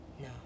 No